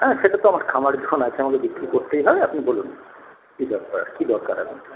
হ্যাঁ সেটাতো আমার খামার যখন আছে আমাকে বিক্রি করতেই হয় আপনি বলুন কী দরকার কী দরকার আপনার